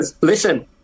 Listen